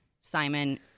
Simon